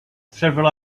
several